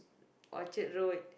Orchard Road